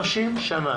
30 שנה